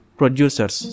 producers